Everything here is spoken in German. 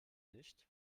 nicht